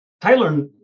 Tyler